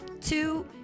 two